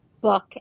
book